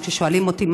ברשות יושב-ראש הכנסת,